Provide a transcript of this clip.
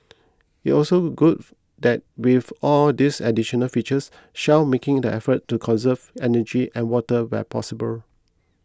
it's also good that with all these additional features Shell's making the effort to conserve energy and water where possible